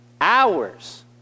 hours